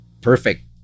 Perfect